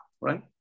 right